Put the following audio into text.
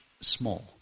small